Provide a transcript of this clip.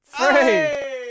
three